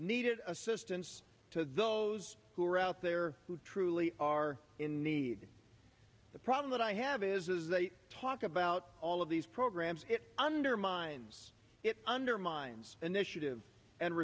needed assistance to those who are out there who truly are in need the problem that i have is they talk about all of these programs it undermines it undermines initiative and